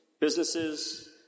businesses